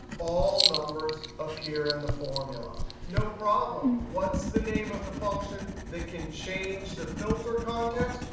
all numbers appear in the formula. no problem. what's the name of the function that can change the filter context?